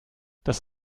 das